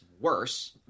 worse